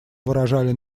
выражали